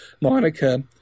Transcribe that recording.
monica